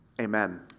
amen